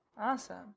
Awesome